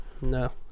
no